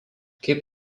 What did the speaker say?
kaip